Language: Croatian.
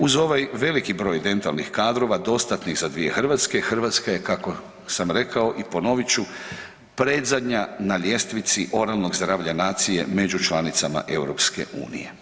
Uz ovaj veliki broj dentalnih kadrova dostatnih za dvije Hrvatske, Hrvatska je kako sam rekao i ponovit ću, predzadnja na ljestvici oralnog zdravlja nacije među članicama EU.